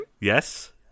Yes